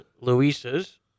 Louisa's